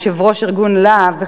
יושב-ראש ארגון לה"ב,